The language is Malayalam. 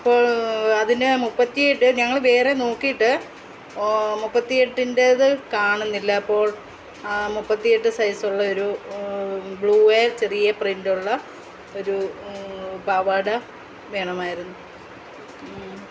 അപ്പോൾ അതിന് മുപ്പത്തിയെട്ട് ഞങ്ങൾ വേറെ നോക്കിയിട്ട് മുപ്പത്തി എട്ടിൻറ്റേതു കാണുന്നില്ല അപ്പോൾ മുപ്പത്തിയെട്ടു സൈസുള്ള ഒരു ബ്ലൂവെ ചെറിയ പ്രിൻറ്റുള്ള ഒരു പാവാട വേണമായിരുന്നു